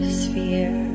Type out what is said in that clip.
sphere